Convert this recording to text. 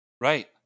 Right